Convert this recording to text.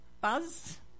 buzz